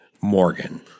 Morgan